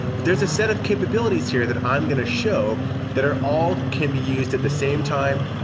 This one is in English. but there's a set of capabilities here that i'm going to show that are all can be used at the same time,